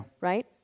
Right